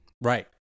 Right